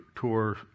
tour